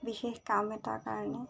বিশেষ কাম এটাৰ কাৰণে